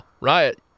Riot